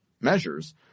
measures